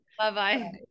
Bye-bye